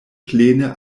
plene